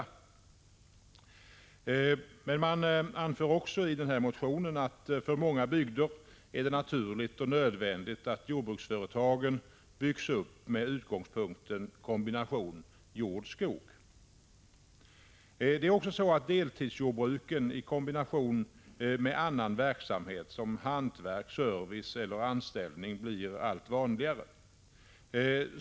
I motionen anfördes också att det för många bygder är naturligt och nödvändigt att jordbruksföretagen byggs upp med kombinationen jord—skog som utgångspunkt. Deltidsjordbruken i kombination med annan verksamhet, som hantverk, service eller anställning, blir också allt vanligare.